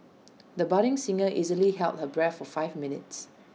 the budding singer easily held her breath for five minutes